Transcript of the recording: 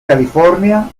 california